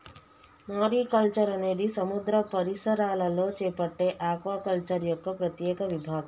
mariculture అనేది సముద్ర పరిసరాలలో చేపట్టే ఆక్వాకల్చర్ యొక్క ప్రత్యేక విభాగం